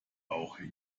auch